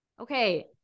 Okay